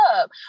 up